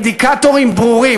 באינדיקטורים ברורים.